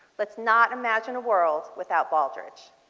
let's not imagine a world without baldrige.